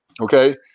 Okay